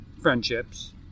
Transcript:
friendships